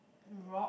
rock